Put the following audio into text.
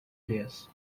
this